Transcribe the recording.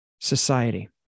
society